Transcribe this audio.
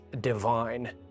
divine